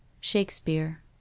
shakespeare